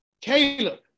Caleb